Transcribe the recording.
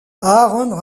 aaron